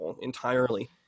entirely